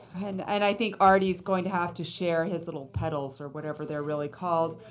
and i think artie is going to have to share his little pedals or whatever they're really called.